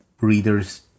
readers